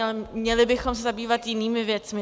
A měli bychom se zabývat jinými věcmi.